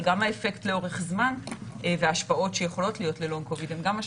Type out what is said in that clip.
אבל גם האפקט לאורך זמן והשפעות שיכולות ל-Long Covid הם גם משמעותיים.